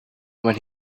when